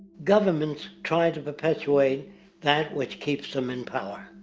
goverments try to perpetuate that which keeps them in power.